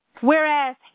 Whereas